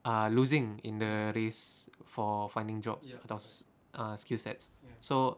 uh losing in the race for finding jobs atau uh skill sets so